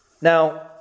Now